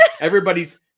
Everybody's